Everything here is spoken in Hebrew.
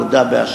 הוא הודה באשמה.